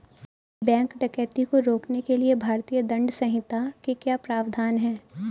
bank डकैती को रोकने के लिए भारतीय दंड संहिता में क्या प्रावधान है